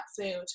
food